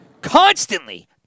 Constantly